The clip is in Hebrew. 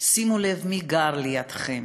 שימו לב מי גר לידכם.